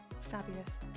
fabulous